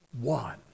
one